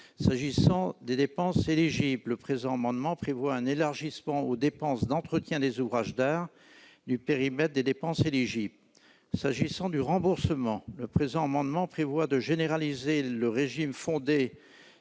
S'agissant des dépenses éligibles, l'amendement vise un élargissement aux dépenses d'entretien des ouvrages d'art du périmètre des dépenses éligibles. S'agissant du remboursement, le présent amendement tend à généraliser le régime fondé